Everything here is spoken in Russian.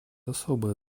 особое